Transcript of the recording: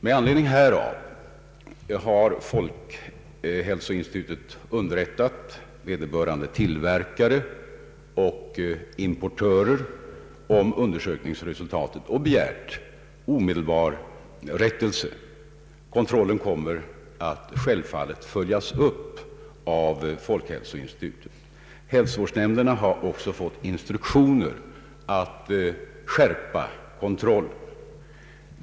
Med anledning härav har folkhälsoinstitutet underrättat vederbörande tillverkare och importörer om undersökningsresultatet och begärt omedelbar rättelse. Kontrollen kommer självfallet att följas upp av folkhälsoinstitutet. Även <hälsovårdsnämnderna har fått instruktioner att skärpa kontrollen.